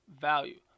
value